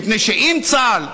מפני שאם צה"ל,